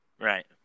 Right